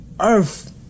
earth